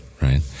Right